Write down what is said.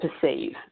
perceive